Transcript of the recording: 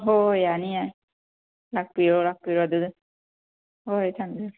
ꯍꯣꯏ ꯍꯣꯏ ꯌꯥꯅꯤ ꯌꯥꯅꯤ ꯂꯥꯛꯄꯤꯔꯣ ꯂꯥꯛꯄꯤꯔꯣ ꯑꯗꯨꯒ ꯍꯣꯏ ꯍꯣꯏ ꯊꯝꯖꯔꯦ